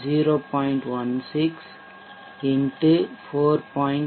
16 x 4